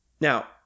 Now